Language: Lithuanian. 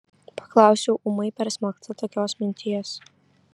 paklausiau ūmai persmelkta tokios minties